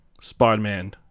Spider-Man